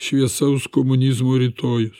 šviesaus komunizmo rytojus